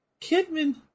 Kidman